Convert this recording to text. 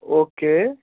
okay